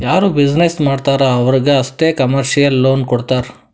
ಯಾರು ಬಿಸಿನ್ನೆಸ್ ಮಾಡ್ತಾರ್ ಅವ್ರಿಗ ಅಷ್ಟೇ ಕಮರ್ಶಿಯಲ್ ಲೋನ್ ಕೊಡ್ತಾರ್